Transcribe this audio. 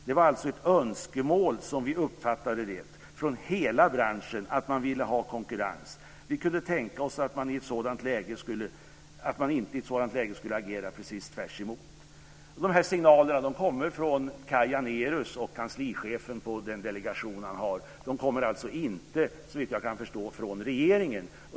Det var alltså ett önskemål, som vi uppfattade det, från hela branschen att man ville ha konkurrens. Vi kunde inte tänka oss att man i ett sådant läge skulle agera precis tvärtemot." De här signalerna kom från Kaj Janérus och kanslichefen på den delegation han har. De kommer alltså inte, såvitt jag kan förstå, från regeringen.